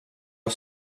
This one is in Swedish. har